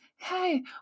Hey